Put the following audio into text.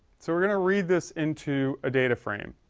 so we're going to read this into a data frame.